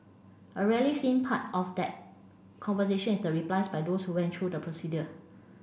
a rarely seen part of that conversation is the replies by those who went through the procedure